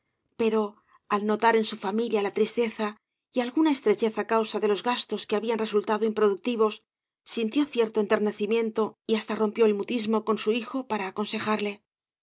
pero al notar en su familia la tristeza y alguna estrechez á causa de los gastos que habían resultado improductivos sintió cierto enternecimiento y hasta rompió el mutismo coa su hijo para aconsejarle